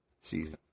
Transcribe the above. season